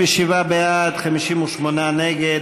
57 בעד, 58 נגד.